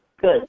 Good